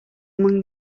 among